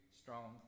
strong